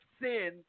sin